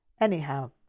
Anyhow